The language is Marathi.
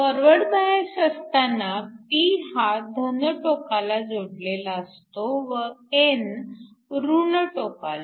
फॉरवर्ड बायस असताना p हा धन टोकाला जोडलेला असतो व n ऋण टोकाला